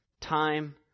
time